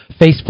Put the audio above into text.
Facebook